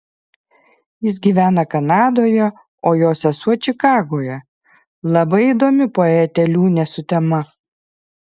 jis gyvena kanadoje o jo sesuo čikagoje labai įdomi poetė liūnė sutema